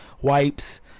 wipes